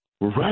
Right